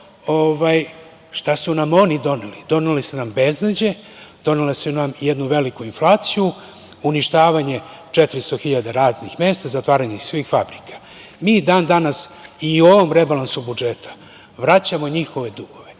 što su nam oni doneli. Doneli su nam beznađe, doneli su nam jednu veliku inflaciju, uništavanje 400 hiljada radnih mesta, zatvaranje svih fabrika. Mi danas i u ovom rebalansu budžeta vraćamo njihove dugove,